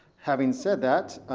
having said that,